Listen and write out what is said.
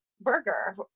burger